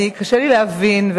קשה לי להבין,